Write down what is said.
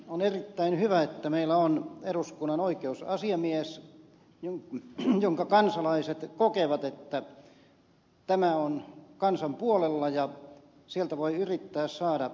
on erittäin hyvä että meillä on eduskunnan oikeusasiamies ja että kansalaiset kokevat että tämä on kansan puolella ja sieltä voi yrittää saada oikeusturvaa